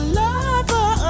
lover